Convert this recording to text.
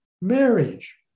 marriage